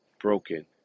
broken